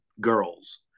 girls